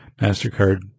MasterCard